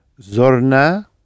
Zorna